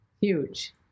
Huge